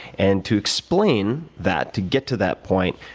and to explain that to get to that point,